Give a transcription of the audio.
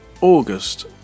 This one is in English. August